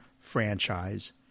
franchise